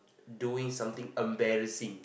doing something embarrassing